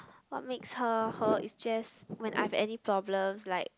what makes her her is just when I've any problems like